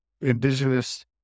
indigenous